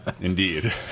indeed